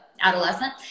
adolescent